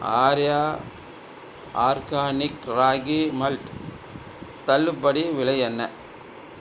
Arya organic ragi malt தள்ளுபடி விலை என்ன